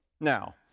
Now